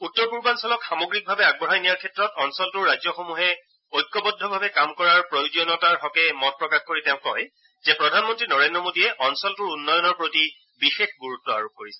উত্তৰ পূৰ্বাঞ্চলক সামগ্ৰিকভাৱে আগবঢ়াই নিয়াৰ ক্ষেত্ৰত অঞ্চলটোৰ ৰাজ্যসমূহে ঐক্যবদ্ধভাৱে কাম কৰাৰ প্ৰয়োজনীয়তাৰ হকে মত প্ৰকাশ কৰি তেওঁ কয় যে প্ৰধানমন্ত্ৰী নৰেন্দ্ৰ মোদীয়ে অঞ্চলটোৰ উন্নয়নৰ প্ৰতি বিশেষ গুৰুত্ব আৰোপ কৰিছে